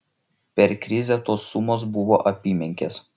per krizę tos sumos buvo apymenkės